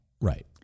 Right